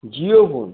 Jio phone